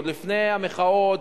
עוד לפני המחאות,